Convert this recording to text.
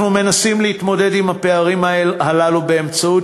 אנחנו מנסים להתמודד עם הפערים הללו באמצעות